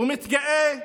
ומתגאה,